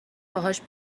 باهاش